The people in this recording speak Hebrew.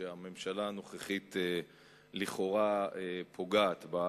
שהממשלה הנוכחית לכאורה פוגעת בה.